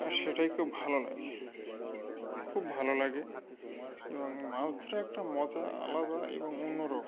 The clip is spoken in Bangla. আর সেটাই খুব ভালো লাগে খুব ভালো লাগে এবং মাছ ধরা একটা মজা আলাদা এবং অন্যরকম